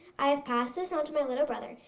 i have passed this onto my little brother.